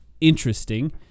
interesting